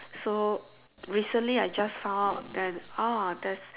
so recently I just found out and how that